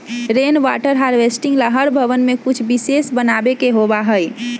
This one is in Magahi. रेन वाटर हार्वेस्टिंग ला हर भवन में कुछ विशेष बनावे के होबा हई